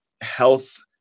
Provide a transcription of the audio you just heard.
health